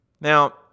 Now